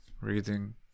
reading